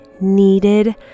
needed